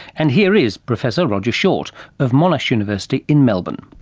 and here is professor roger short of monash university in melbourne.